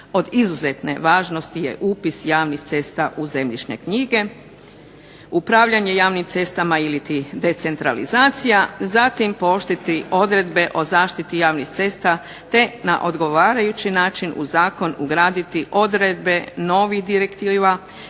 od izuzetne važnosti je upis javnih cesta u zemljišne knjige, upravljanje javnim cestama, iliti decentralizacija, zatim pooštriti odredbe o zaštiti javnih cesta, te na odgovarajući način u zakon ugraditi odredbe novih direktiva